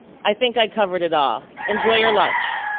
i think i covered it all. enjoy your lunch.